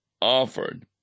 offered